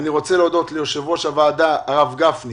אני רוצה להודות ליושב ראש הועדה הרב גפני